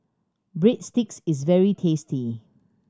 breadsticks is very tasty